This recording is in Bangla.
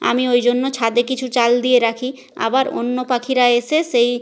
আমি ওই জন্য ছাদে কিছু চাল দিয়ে রাখি আবার অন্য পাখিরা এসে সেই